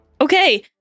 Okay